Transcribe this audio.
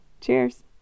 Cheers